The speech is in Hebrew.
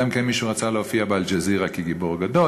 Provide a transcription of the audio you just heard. אלא אם כן מישהו רצה להופיע ב"אל-ג'זירה" כגיבור גדול.